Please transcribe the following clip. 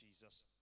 Jesus